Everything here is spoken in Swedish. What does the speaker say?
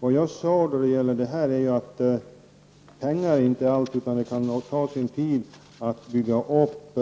Vad jag sade är att pengar inte är allt och att det kan ta sin tid att bygga upp